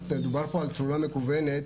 דובר פה על תלונה מקוונת,